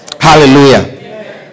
Hallelujah